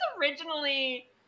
originally